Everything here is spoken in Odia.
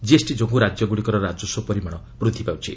ଜିଏସ୍ଟି ଯୋଗୁ ରାଜ୍ୟଗୁଡ଼ିକର ରାଜସ୍ୱ ପରିମାଣ ବୃଦ୍ଧି ପାଉଛି